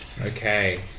Okay